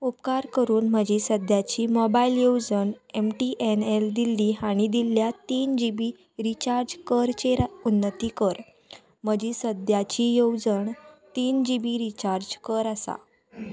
उपकार करून म्हजी सद्याची मोबायल येवजण M T N L Delhi हांणी दिल्ल्या तीन जी बी रिचार्ज करचाचेर उन्नती कर म्हजी सद्याची येवजण तीन जी बी रिचार्ज कर आसा